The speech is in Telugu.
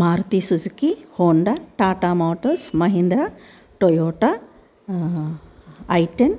Maruti Suzuki Honda Tata Motors Mahindra Toyota i ten